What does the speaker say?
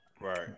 Right